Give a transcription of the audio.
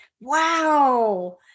Wow